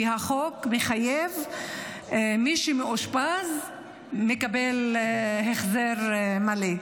כי החוק מחייב שמי שמאושפז מקבל החזר מלא.